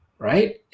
Right